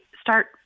start